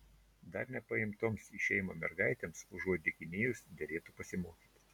dar nepaimtoms į šeimas mergaitėms užuot dykinėjus derėtų pasimokyti